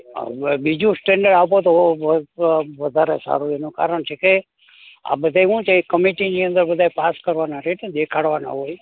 હવે બીજું સટેન્ડર આપો તો વધારે સારું એનું કારણ છેકે આ બધાય શું છે એક કમિટીની અંદર બધાયે પાસ કરવાના રહે છે દેખાડવાના હોય